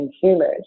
consumers